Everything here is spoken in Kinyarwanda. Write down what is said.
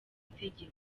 itegeko